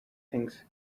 things